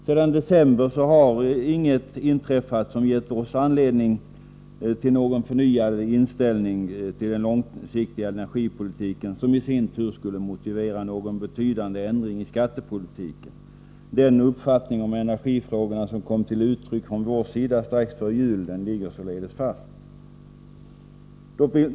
Sedan december har inget inträffat som gett oss anledning till någon förnyad inställning till den långsiktiga energipolitiken som i sin tur skulle motivera någon betydande ändring i skattepolitiken. Den uppfattning om energifrågorna som kom till uttryck från vår sida strax före jul ligger således fast.